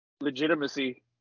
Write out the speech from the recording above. legitimacy